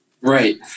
Right